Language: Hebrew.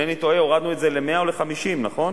אם אינני טועה, הורדנו את זה ל-100 או ל-50, נכון?